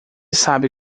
sabe